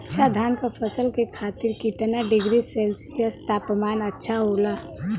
अच्छा धान क फसल के खातीर कितना डिग्री सेल्सीयस तापमान अच्छा होला?